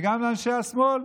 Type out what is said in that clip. וגם של אנשי השמאל,